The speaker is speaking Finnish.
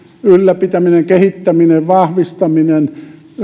ylläpitäminen kehittäminen ja vahvistaminen